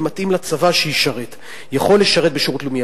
ומתאים לצבא שישרת יכול לשרת בשירות לאומי.